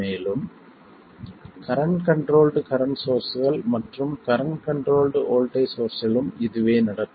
மேலும் current controlled current சோர்ஸ்கள் மற்றும் கரண்ட் கண்ட்ரோல்ட் வோல்ட்டேஜ் சோர்ஸ்ஸிலும் இதுவே நடக்கும்